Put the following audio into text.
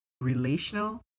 relational